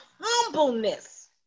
humbleness